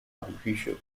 artificial